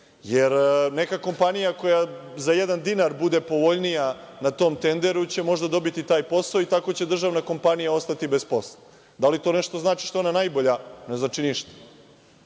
Jer, neka kompanija koja za jedan dinar bude povoljnija na tom tenderu će možda dobiti taj posao i tako će državna kompanija ostati bez posla. Da li to nešto znači što je ona najbolja? Ne znači ništa.